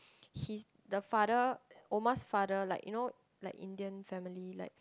he the father Omar's father like you know like Indian family like